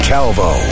Calvo